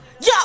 Yo